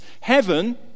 heaven